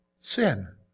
sin